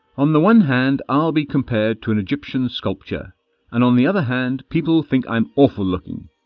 on the one hand i'll be compared to an egyptian sculpture and on the other hand people think i'm awful-looking,